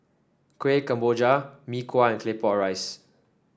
Kueh Kemboja Mee Kuah and Claypot Rice